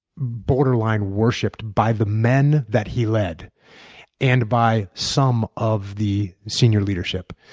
borderline worshipped by the men that he led and by some of the senior leadership.